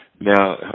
Now